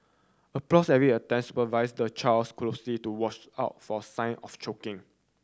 applause every attempts supervise the child's closely to watch out for sign of choking